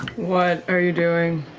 what are you doing?